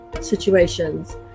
situations